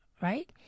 right